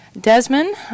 Desmond